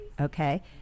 Okay